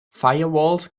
firewalls